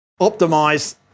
optimize